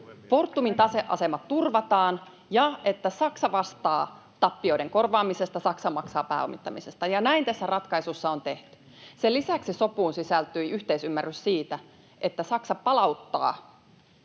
Fortumin taseasema turvataan ja että Saksa vastaa tappioiden korvaamisesta, Saksa maksaa pääomittamisesta, ja näin tässä ratkaisussa on tehty. Sen lisäksi sopuun sisältyi yhteisymmärrys siitä, että Saksa palauttaa